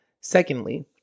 Secondly